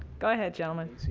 go ahead, gentlemen.